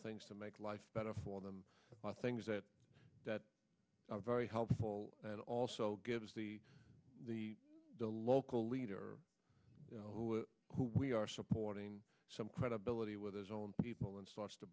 things to make life better for them the things that that are very helpful and also gives the the local leader who we are supporting some credibility with his own people and starts to